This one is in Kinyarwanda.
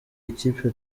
ikipe